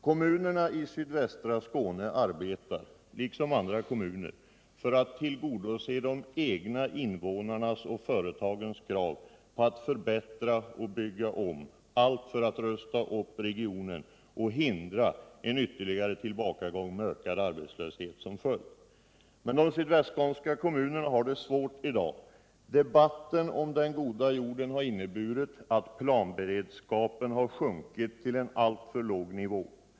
Kommunerna i sydvästra Skåne arbetar — liksom andra kommuner — för att tillgodose de egna invånarnas och företagens krav på att förbättra och bygga om, allt för att rusta upp regionen och hindra en ytterligare tillbakagång med ökad arbetslöshet som följd. Men de sydvästskånska kommunerna har det svårt i dag. Debatten om den goda jorden har inneburit att planberedskapen har sjunkit till en alltför låg nivå.